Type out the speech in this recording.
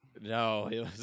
No